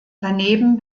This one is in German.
daneben